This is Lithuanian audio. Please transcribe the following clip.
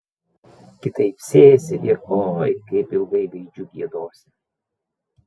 kitaip sėsi ir oi kaip ilgai gaidžiu giedosi